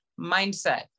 mindset